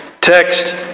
text